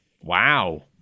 Wow